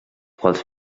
quals